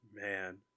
man